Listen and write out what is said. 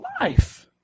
life